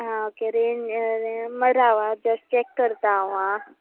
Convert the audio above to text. आं okay range मागीर राव आं जश्ट चेक करता हांव आ